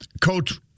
Coach